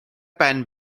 ben